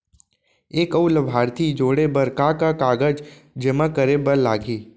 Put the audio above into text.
एक अऊ लाभार्थी जोड़े बर का का कागज जेमा करे बर लागही?